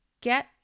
get